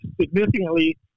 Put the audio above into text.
significantly